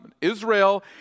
Israel